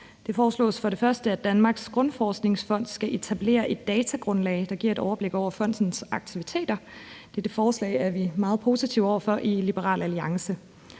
Det foreslås for det første, at Danmarks Grundforskningsfond skal etablere et datagrundlag, der giver et overblik over fondens aktiviteter. Dette forslag er vi meget positive over for i Liberal Alliance.